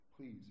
Please